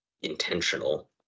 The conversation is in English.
intentional